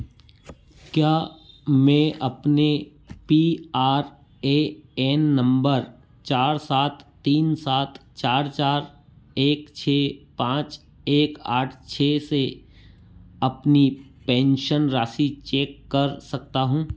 क्या मैं अपने P R A N number चार सात तीन सात चार चार एक छः पाँच एक आठ छः से अपनी पेंशन राशि चेक कर सकता हूँ